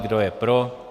Kdo je pro?